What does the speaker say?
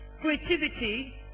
creativity